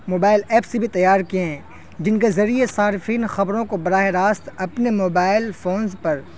mobile apps بھی تیار کیے ہیں جن کے ذریعے صارفین خبروں کو براہ راست اپنے موبائل فونز پر